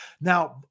Now